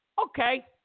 Okay